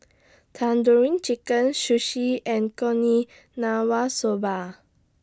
Tandoori Chicken Sushi and Soba